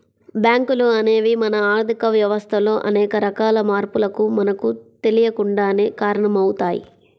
బ్యేంకులు అనేవి మన ఆర్ధిక వ్యవస్థలో అనేక రకాల మార్పులకు మనకు తెలియకుండానే కారణమవుతయ్